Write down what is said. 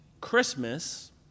Christmas